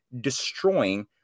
destroying